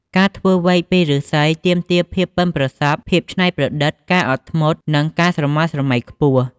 ការធ្វើវែកពីឫស្សីទាមទារភាពប៉ិនប្រសប់ ភាពឆ្នៃប្រឌិត ការអត់ធ្មត់ និងការស្រមើលស្រមៃខ្ពស់។